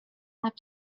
have